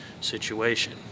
situation